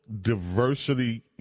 Diversity